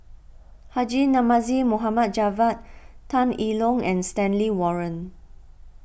Haji Namazie Mohd Javad Tan I Tong and Stanley Warren